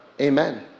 Amen